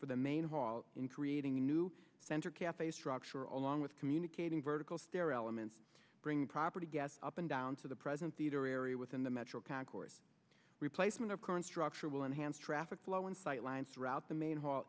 for the main hall in creating a new center cafe structure along with communicating vertical stair elements bringing property gas up and down to the present theater area within the metro concourse replacement of current structure will enhance traffic flow and sightlines throughout the main hall